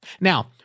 Now